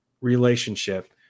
relationship